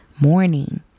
morning